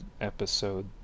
episode